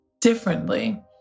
differently